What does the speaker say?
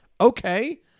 Okay